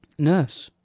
nurse.